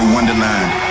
Wonderland